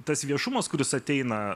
tas viešumas kuris ateina